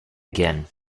again